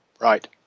Right